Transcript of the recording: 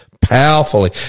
Powerfully